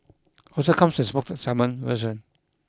also comes with smoked salmon version